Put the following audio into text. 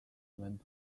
went